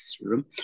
room